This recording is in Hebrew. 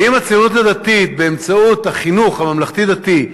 ואם הציונות הדתית, באמצעות החינוך הממלכתי-דתי,